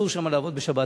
שאסור לעבוד שם בשבת.